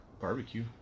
Barbecue